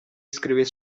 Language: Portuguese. escrever